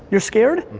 you're scared,